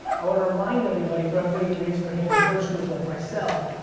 i wanna remind everybody, for everybody who raised their hand in the first group like myself,